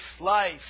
life